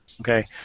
Okay